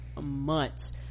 months